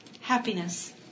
Happiness